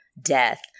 death